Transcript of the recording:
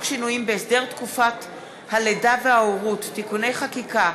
שינויים בהסדר תקופת הלידה וההורות (תיקוני חקיקה),